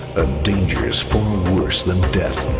dangers far worse than death.